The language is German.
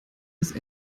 ist